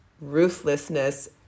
ruthlessness